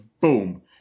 boom